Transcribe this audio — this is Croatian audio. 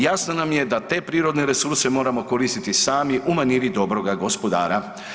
Jasno nam je da te prirodne resurse moramo koristiti sami u maniri dobroga gospodara.